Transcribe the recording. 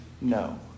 no